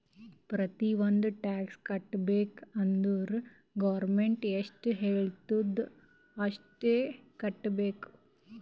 ಪ್ರತಿ ಒಂದ್ ಟ್ಯಾಕ್ಸ್ ಕಟ್ಟಬೇಕ್ ಅಂದುರ್ ಗೌರ್ಮೆಂಟ್ ಎಷ್ಟ ಹೆಳ್ತುದ್ ಅಷ್ಟು ಕಟ್ಟಬೇಕ್